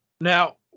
now